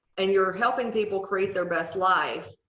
and you're helping people create their best life.